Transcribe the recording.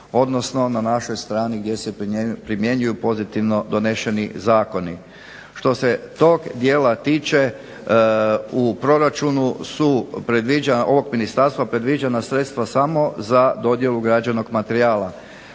odnosno na našoj strani gdje se primjenjuju pozitivno donešeni zakoni. Što se tog dijela tiče, u proračunu su ovog ministarstva predviđena sredstva samo za dodjelu građevnog materijala,